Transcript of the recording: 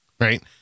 right